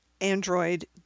android